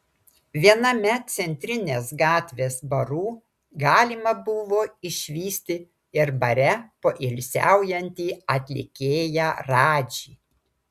viename centrinės gatvės barų galima buvo išvysti ir bare poilsiaujantį atlikėją radžį